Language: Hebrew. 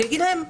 אני אגיד להם: